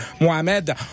Mohamed